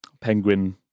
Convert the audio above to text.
penguin